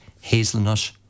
hazelnut